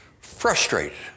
frustrated